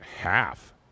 half